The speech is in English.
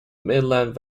midland